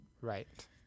Right